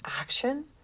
action